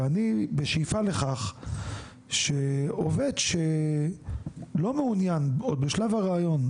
ואני בשאיפה לכך שעובד שלא מעוניין עוד בשלב הריאיון,